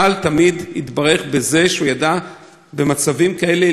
צה"ל תמיד התברך בזה שהוא ידע במצבים כאלה